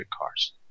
cars